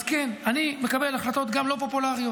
אז כן, אני מקבל גם החלטות לא פופולריות,